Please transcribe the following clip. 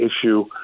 issue